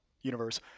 universe